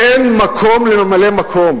אין מקום לממלא-מקום.